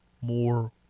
more